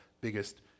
biggest